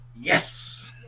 Yes